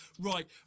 right